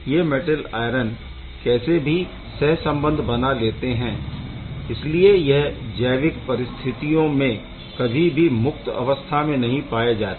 यह मैटल आयन कैसे भी सह संबंध बना लेते है इसलिए यह जैविक परिस्थितियों में कभी भी मुक्त अवस्था में नहीं पाए जाते